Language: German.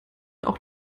auch